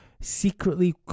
secretly